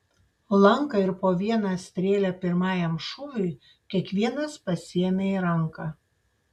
lanką ir po vieną strėlę pirmajam šūviui kiekvienas pasiėmė į ranką